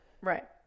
Right